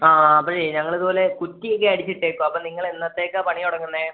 ആ അതേ ഞങ്ങളിതുപോലെ കുറ്റിയൊക്കെ അടിച്ചിട്ടേക്കുകയാണ് അപ്പോള് നിങ്ങളെന്നത്തേക്കാണു പണി തുടങ്ങുന്നത്